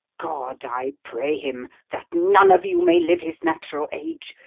god, i pray him, that none of you may live his natural age,